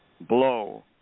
blow